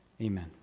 Amen